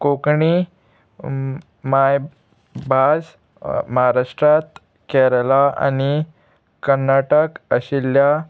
कोंकणी माय भास महाराष्ट्रात केरला आनी कर्नाटक आशिल्ल्या